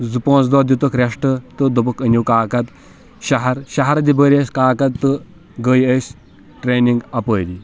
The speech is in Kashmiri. زٕ پانٛژھ دۄہ دِتُکھ رٮ۪سٹ تہٕ دوٚپُکھ أنِو کاقد شَہَر شَہرٕ تہِ بٔرۍ اسہِ کاقَد تہٕ گٔے أسۍ ٹرٛینِنٛگ اپٲری